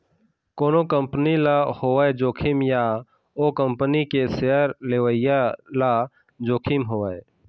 कोनो कंपनी ल होवय जोखिम या ओ कंपनी के सेयर लेवइया ल जोखिम होवय